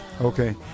okay